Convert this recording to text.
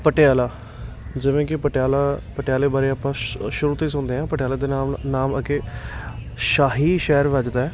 ਪਟਿਆਲਾ ਜਿਵੇਂ ਕਿ ਪਟਿਆਲਾ ਪਟਿਆਲੇ ਬਾਰੇ ਆਪਾਂ ਸ਼ੁ ਸ਼ੁਰੂ ਤੋਂ ਹੀ ਸੁਣਦੇ ਆ ਪਟਿਆਲੇ ਦਾ ਨਾਮ ਨਾਮ ਅੱਗੇ ਸ਼ਾਹੀ ਸ਼ਹਿਰ ਵੱਜਦਾ